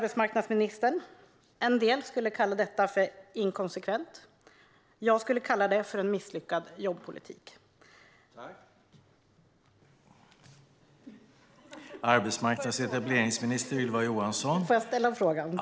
En del skulle kalla detta för inkonsekvens. Jag skulle kalla det för en misslyckad jobbpolitik. Min fråga till arbetsmarknadsministern blir: Varför är det annars så att dessa jobb inte är tillsatta på den svenska arbetsmarknaden?